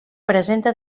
presenta